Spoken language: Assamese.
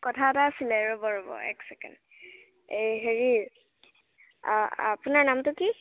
কথা এটা আছিলে ৰ'ব ৰ'ব এক ছেকেণ্ড এই হেৰি আপোনাৰ নামটো কি